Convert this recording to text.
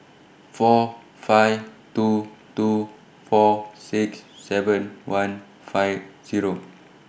four five two two four six seven one five Zero